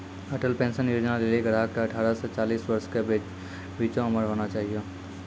Atal pension योजना लेली ग्राहक के अठारह से चालीस वर्ष के बीचो उमर होना चाहियो